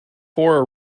four